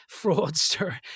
fraudster